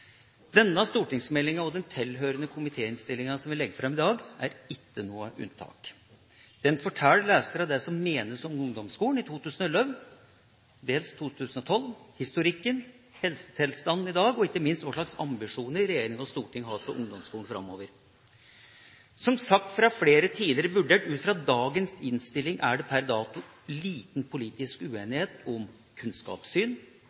Denne stortingsmeldinga og den tilhørende komitéinnstillinga som vi legger fram i dag, er ikke noe unntak. Den forteller leserne det som menes om ungdomsskolen i 2011 og dels 2012 – historikken, helsetilstanden i dag, og ikke minst hva slags ambisjoner regjering og storting har for ungdomsskolen framover. Som sagt fra flere tidligere: Vurdert ut fra dagens innstilling er det per dato liten politisk